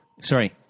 Sorry